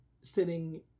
sitting